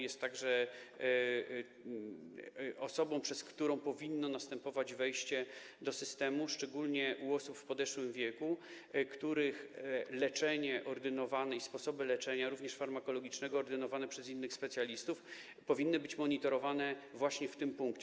Jest także osobą, przez którą powinno następować wejście do systemu, szczególnie w przypadku osób w podeszłym wieku, których leczenie, sposoby leczenia, również farmakologicznego, ordynowane przez innych specjalistów powinny być monitorowane właśnie w tym punkcie.